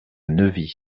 neuvy